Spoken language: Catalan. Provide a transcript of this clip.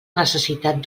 necessitat